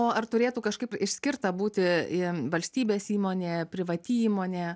o ar turėtų kažkaip išskirta būti i valstybės įmonė privati įmonė